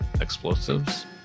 explosives